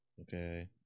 Okay